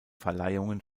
verleihungen